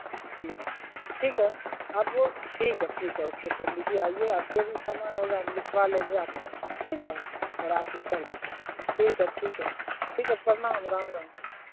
जी ठीक है अब ठीक है ठीक है ओके पंडित जी आइए आप जो भी सामान होगा हम लिखवा लेंगे आपसे ठीक है और आके कर दीजिए ठीक है ठीक है ठीक है प्रणाम राम राम